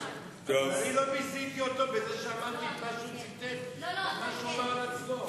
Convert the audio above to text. אני לא ביזיתי אותו בזה שאמרתי את מה שהוא אמר בעצמו.